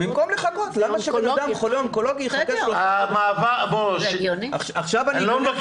למה שאדם חולה אונקולוגי -- אני לא מבקש